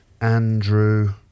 Andrew